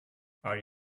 are